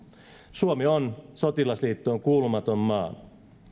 suomi on sotilasliittoon kuulumaton maa